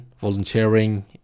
volunteering